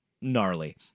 gnarly